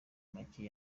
macye